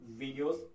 videos